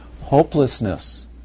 Hopelessness